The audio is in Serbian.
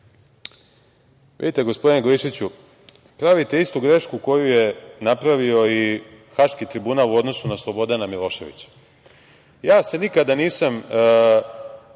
Vidite, gospodine Glišiću, pravite istu grešku koju je napravio i Haški tribunal u odnosu na Slobodana Miloševića. Nikada me